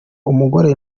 umugore